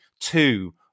two